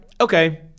Okay